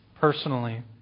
personally